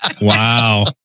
wow